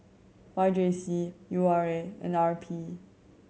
Y J C U R A and R P